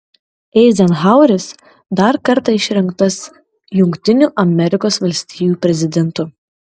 eizenhaueris dar kartą išrinktas jungtinių amerikos valstijų prezidentu